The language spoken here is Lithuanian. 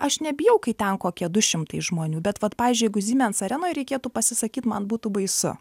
aš nebijau kai ten kokie du šimtai žmonių bet vat pavyzdžiui jeigu siemens arenoj reikėtų pasisakyt man būtų baisu